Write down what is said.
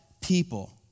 people